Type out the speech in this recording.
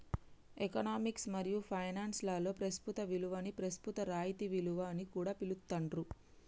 economics మరియు finance లలో ప్రస్తుత విలువని ప్రస్తుత రాయితీ విలువ అని కూడా పిలుత్తాండ్రు